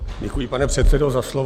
Děkuji, pane předsedo, za slovo.